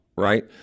Right